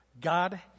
God